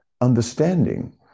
understanding